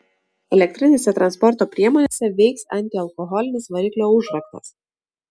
elektrinėse transporto priemonėse veiks antialkoholinis variklio užraktas